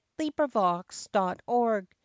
LibriVox.org